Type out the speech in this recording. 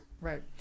Right